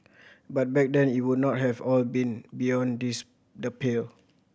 but back then it would not have all been beyond this the pale